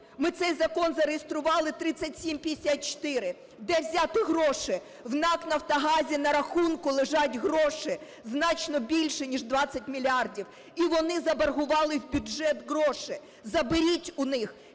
Ми цей закон зареєстрували, 3754, де взяти гроші. В НАК "Нафтогазі" на рахунку лежать гроші значно більші ніж 20 мільярдів. І вони заборгували в бюджет гроші. Заберіть у них